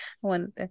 one